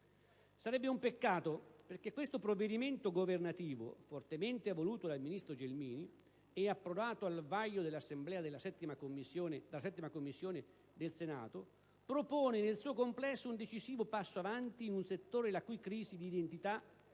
Sarebbe un peccato perché questo provvedimento governativo, fortemente voluto dalla ministro Gelmini e approdato al vaglio dell'Assemblea dalla 7a Commissione del Senato, propone nel suo complesso un decisivo passo avanti in un settore la cui crisi d'identità, anche